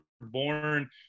born